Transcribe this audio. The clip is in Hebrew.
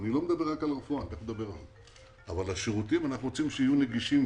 אני לא מדבר רק על רפואה אבל אנחנו רוצים שהשירותים יהיו נגישים.